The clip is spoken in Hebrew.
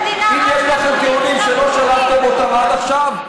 אם יש לכם טיעונים שלא שטחתם אותם עד עכשיו,